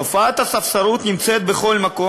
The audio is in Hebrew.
תופעת הספסרות נמצאת בכל מקום.